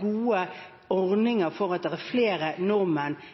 gode ordninger for å få flere nordmenn på båter som går både